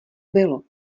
bylo